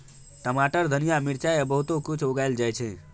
टमाटर, धनिया, मिरचाई आ बहुतो किछ उगाएल जाइ छै